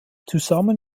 zusammen